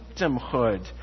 victimhood